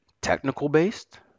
technical-based